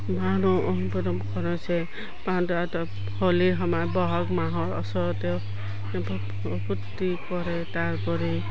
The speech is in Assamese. মানুহ হোলিৰ সময় বহাগ মাহৰ ওচৰতেও ফূ্ৰ্তি কৰে তাৰোপৰি